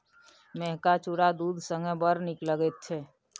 मेहका चुरा दूध संगे बड़ नीक लगैत छै